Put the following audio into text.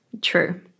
true